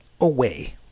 away